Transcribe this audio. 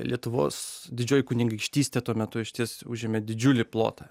lietuvos didžioji kunigaikštystė tuo metu išties užėmė didžiulį plotą